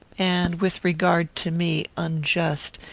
and, with regard to me, unjust,